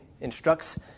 instructs